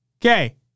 Okay